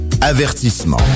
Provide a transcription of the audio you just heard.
Avertissement